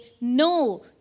no